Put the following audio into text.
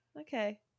Okay